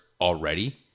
already